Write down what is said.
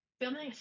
filming